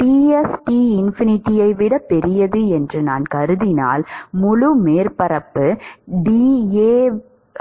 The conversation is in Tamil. Ts T∞ ஐ விட பெரியது என்று நான் கருதினால் முழு மேற்பரப்பு dA